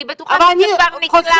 אני בטוחה שזה כבר נקלט ונשמע.